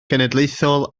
genedlaethol